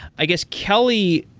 i guess, kelly,